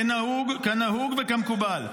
כנהוג וכמקובל.